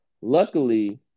Luckily